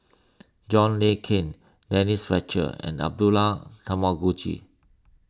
John Le Cain Denise Fletcher and Abdullah Tarmugi